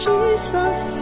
Jesus